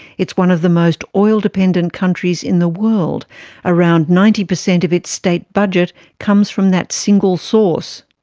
it's one of the most oil dependent countries in the world around ninety percent of its state budget comes from that single source.